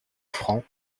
franc